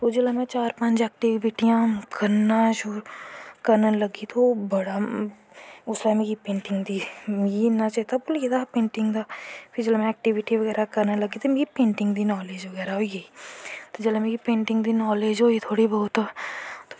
जिसलै में चार पंज ऐक्टिविटियां करनां शुरु करन लगी तां ओह् बड़ा उसलै मिगी पेंटिंग दा मिगी चेत्ता भुल्ली गेदा हा पेंटिंग दा में ऐक्टिविटी बगैरा करन लगी ते मिगी पेंटिंग दी नॉलेज़ बगैरा होन लगी पेई ते मिगी जिसलै पोेंटिंग दी नॉलेज़ होई थोह्ड़ी बौह्त